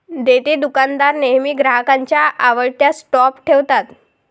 देतेदुकानदार नेहमी ग्राहकांच्या आवडत्या स्टॉप ठेवतात